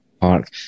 park